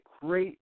great